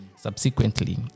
subsequently